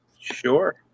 Sure